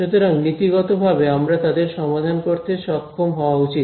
সুতরাং নীতিগতভাবে আমার তাদের সমাধান করতে সক্ষম হওয়া উচিত